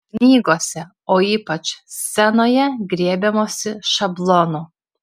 knygose o ypač scenoje griebiamasi šablono